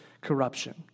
corruption